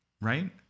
Right